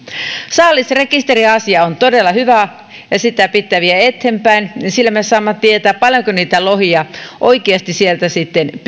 saalisrekisteri asia on todella hyvä ja sitä pitää viedä eteenpäin sillä me saamme tietää paljonko niitä lohia oikeasti sieltä